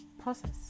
process